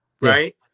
right